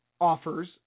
offers